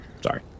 Sorry